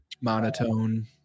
monotone